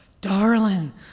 darling